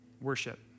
worship